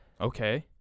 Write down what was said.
Okay